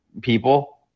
people